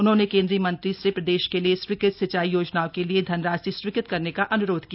उन्होंने केन्द्रीय मंत्री से प्रदेश के लिए स्वीकृत सिंचाई योजनाओं के लिए धनराशि स्वीकृत करने का अन्रोध किया